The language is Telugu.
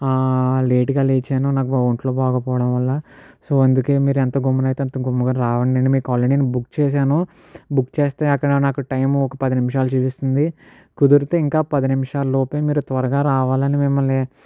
లేటుగా లేచాను నాకు ఒంట్లో బాగోకపోవడం వల్ల సో అందుకే మీరు ఎంత గమ్మునైతే అంత గమ్మున రండి మీకు ఆల్రెడీ నేను బుక్ చేశాను బుక్ చేస్తే అక్కడ నాకు టైం ఒక పది నిమిషాలు చూపిస్తుంది కుదిరితే ఇంకా పది నిమిషాలలోపే మీరు త్వరగా రావాలని మిమ్మల్ని